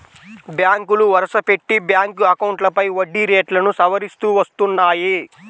బ్యాంకులు వరుసపెట్టి బ్యాంక్ అకౌంట్లపై వడ్డీ రేట్లను సవరిస్తూ వస్తున్నాయి